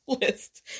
list